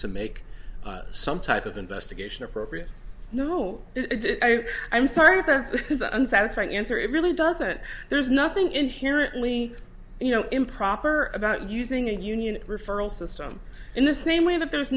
to make some type of investigation appropriate no i'm sorry for the unsatisfying answer it really doesn't there's nothing inherently you know improper about using a union referral system in the same way that there